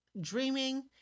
dreaming